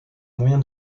moyen